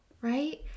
Right